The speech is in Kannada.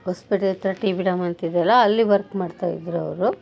ಹೊಸಪೇಟೆ ಹತ್ರ ಟಿ ಬಿ ಡ್ಯಾಮ್ ಅಂತಿದ್ಯಲ್ಲ ಅಲ್ಲಿ ವರ್ಕ್ ಮಾಡ್ತಾ ಇದ್ರವರು